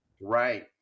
Right